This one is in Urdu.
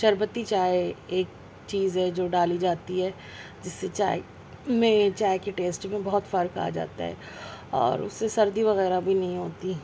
شربتی چائے ایک چیز ہے جو ڈالی جاتی ہے جس سے چائے میں چائے کے ٹیسٹ میں بہت فرق آ جاتا ہے اور اس سے سردی وغیرہ بھی نہیں ہوتی ہے